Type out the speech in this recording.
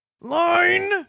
line